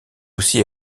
aussi